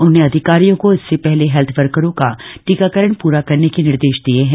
उन्होंने अधिकारियों को इससे पहले हेल्थ वर्करों का टीकाकरण पूरा करने के निर्देश दिये हैं